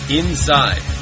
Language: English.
inside